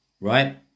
Right